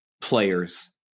players